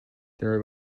there